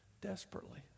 desperately